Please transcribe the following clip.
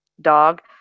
dog